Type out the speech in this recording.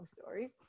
story